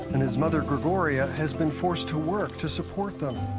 and his mother, grigoria, has been forced to work to support them.